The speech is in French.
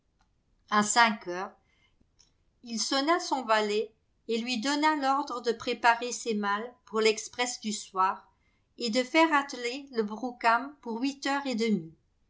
a cinq heures il sonna son valet et lui donna l'ordre de préparer ses malles pour l'express du soir et de faire atteler le brougham pour huit heures et demie